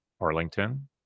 Arlington